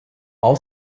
all